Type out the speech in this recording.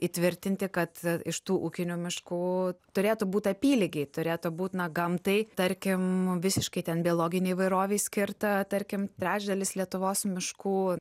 įtvirtinti kad iš tų ūkinių miškų turėtų būt apylygiai turėtų būt na gamtai tarkim visiškai ten biologinei įvairovei skirta tarkim trečdalis lietuvos miškų